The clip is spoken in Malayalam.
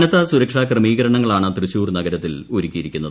കനത്ത സുരക്ഷാക്രമീകരണങ്ങളാണ് തൃശൂർ നഗരത്തിൽ ഒരുക്കിയിരിക്കുന്നത്